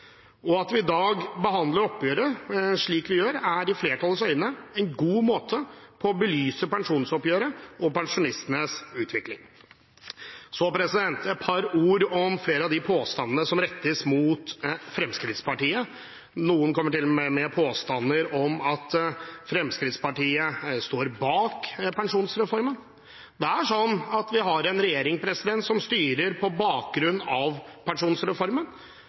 At vi i dag behandler oppgjøret slik vi gjør, er i flertallets øyne en god måte å belyse pensjonsoppgjøret og pensjonistenes utvikling på. Så et par ord om flere av de påstandene som rettes mot Fremskrittspartiet. Noen kommer til og med med påstander om at Fremskrittspartiet står bak pensjonsreformen. Det er sånn at vi har en regjering som styrer på bakgrunn av pensjonsreformen,